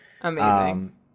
Amazing